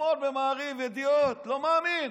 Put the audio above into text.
אתמול במעריב, בידיעות, לא מאמין.